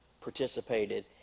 participated